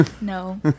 No